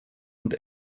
und